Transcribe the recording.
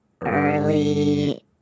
early